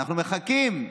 אנחנו לא מעודכנים,